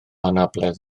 anabledd